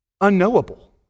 unknowable